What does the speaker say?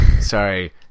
Sorry